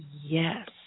Yes